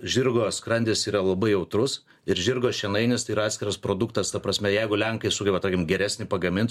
žirgo skrandis yra labai jautrus ir žirgo šienainis tai yra atskiras produktas ta prasme jeigu lenkai sugeba tarkim geresnį pagamint